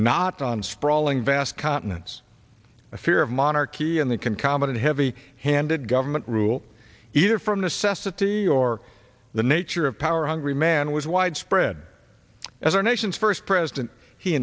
not on sprawling vast continents a fear of monarchy and they can common heavy handed government rule either from the sesa theory or the nature of power hungry man was widespread as our nation's first president he